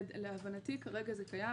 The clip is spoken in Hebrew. להבנתי כרגע היא קיימת.